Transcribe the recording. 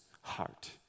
heart